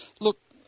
Look